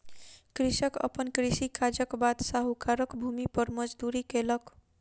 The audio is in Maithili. कृषक अपन कृषि काजक बाद साहूकारक भूमि पर मजदूरी केलक